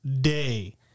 day